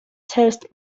test